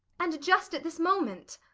and just at this moment!